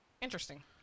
interesting